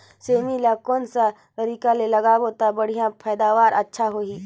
सेमी ला कोन सा तरीका ले लगाबो ता बढ़िया पैदावार अच्छा होही?